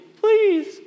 Please